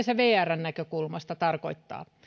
se vrn näkökulmasta tarkoittaa